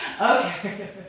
Okay